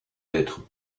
d’être